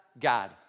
God